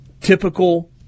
typical